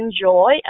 enjoy